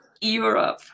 Europe